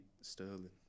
Sterling